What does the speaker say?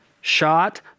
shot